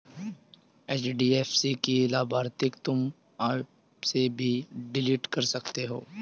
HDFC की लाभार्थियों तुम एप से भी डिलीट कर सकते हो